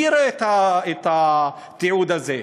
מי יראה את התיעוד הזה?